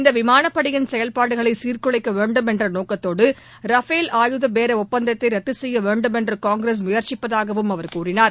இந்திய விமானப்படையின் செயல்பாடுகளை சீர்குலைக்க வேண்டும் என்ற நோக்கத்தோடு ரபேல் ஆயுத பேர ஒப்பந்தத்தை ரத்து செய்ய வேண்டும் என்று காங்கிரஸ் முயற்சிப்பதாகவும் அவர் கூறினார்